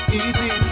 easy